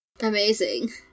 Amazing